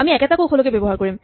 আমি একেটা কৌশলকে ব্যৱহাৰ কৰিম